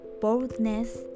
boldness